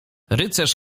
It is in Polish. rycerz